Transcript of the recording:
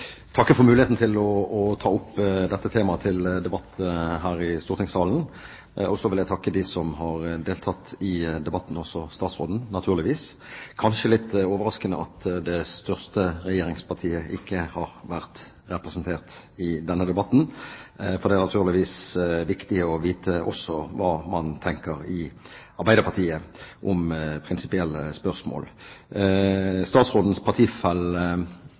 debatten, også statsråden naturligvis. Det er kanskje litt overraskende at det største regjeringspartiet ikke har vært representert i denne debatten, for det er naturligvis viktig å vite også hva man tenker i Arbeiderpartiet om prinsipielle spørsmål. Statsrådens partifelle,